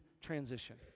transition